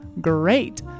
great